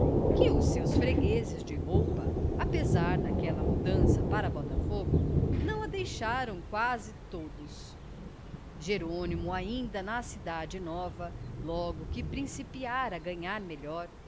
que os seus fregueses de roupa apesar daquela mudança para botafogo não a deixaram quase todos jerônimo ainda na cidade nova logo que principiara a ganhar melhor